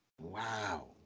Wow